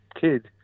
kid